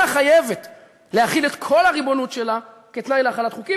חייבת להחיל את כל הריבונות שלה כתנאי להחלת חוקים,